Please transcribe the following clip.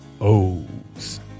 O's